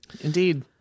indeed